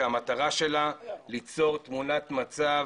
שהמטרה שלה ליצור תמונת מצב